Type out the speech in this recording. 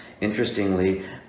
Interestingly